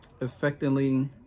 effectively